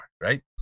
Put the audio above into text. right